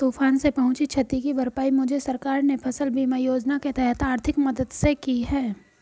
तूफान से पहुंची क्षति की भरपाई मुझे सरकार ने फसल बीमा योजना के तहत आर्थिक मदद से की है